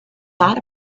thought